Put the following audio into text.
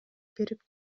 берип